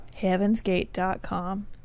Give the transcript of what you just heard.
heavensgate.com